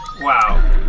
Wow